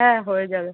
হ্যাঁ হয়ে যাবে